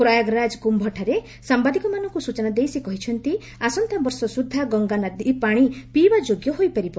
ପ୍ରୟାଗରାଜ କୁି ୍ରଠାରେ ସାମ୍ବାଦିକମାନଙ୍କୁ ସୂଚନା ଦେଇ ସେ କହିଛନ୍ତି ଆସନ୍ତା ବର୍ଷ ସୁଦ୍ଧା ଗଙ୍ଗା ନଦୀ ପାଣି ପିଇବା ଯୋଗ୍ୟ ହୋଇପାରିବ